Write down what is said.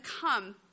come